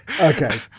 Okay